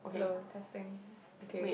hello testing okay